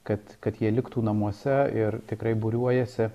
kad kad jie liktų namuose ir tikrai būriuojasi